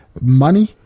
money